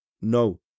no